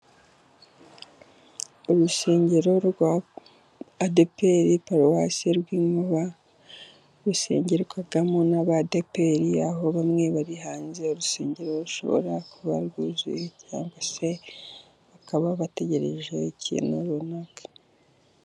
Urusengero rwa Adeperi paruwasi Rwinkuba rusengerwamo n'abadeperi, aho bamwe bari hanze y' urusengero rushobora kuba rwuzuye cyangwa se bakaba bategereje ikintu runaka.